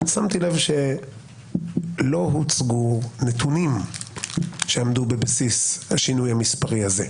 שמתי לב שלא הוצגו נתונים שעמדו בבסיס השינוי המספרי הזה,